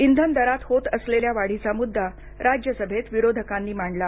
इंधन दरात होत असलेल्या वाढीचा मुद्दा राज्यसभेत विरोधकांनी मांडला